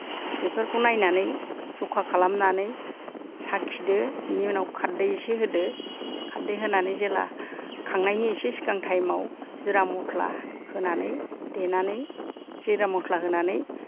बेफोरखौ नायनानै जखा खालामनानै साखिदो बिनि उनाव खारदै इसे होदो खारदै होनानै जेब्ला खांनायनि इसे सिगां टाइमाव जिरा मस्ला होनानै देनानै जिरा मस्ला होनानै